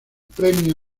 premio